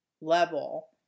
level